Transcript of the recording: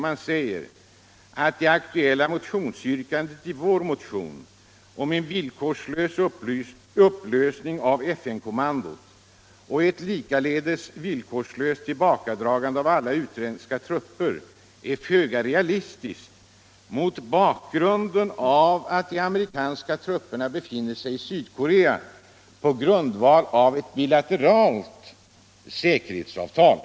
Man säger att vrkandet i vår motion om cen villkorslös upplösning av FN-kommandot och ett likaledes villkorslöst tillbakadragande av alla utländska trupper är föga realistiskt mot bakgrunden av att de amerikanska trupperna befinner sig i Sydkorea på grundval av ett bilateralt säkerhetsavtal.